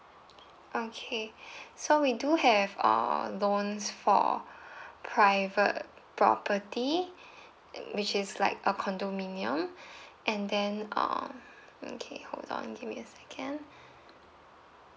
okay so we do have err loans for private property which is like a condominium and then uh okay hold on give me a second